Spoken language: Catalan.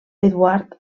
eduard